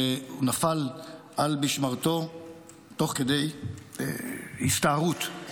נפל על משמרתו תוך כדי הסתערות.